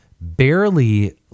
barely